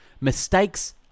Mistakes